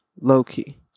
low-key